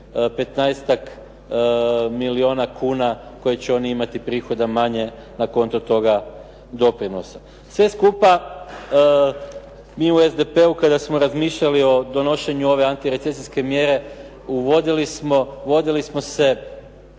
15-ak milijuna kuna koji će oni imati manje na kontu toga doprinosa. Sve skupa mi u SDP-u kada smo razmišljali o donošenju ove antirecesijske mjere uvodili smo se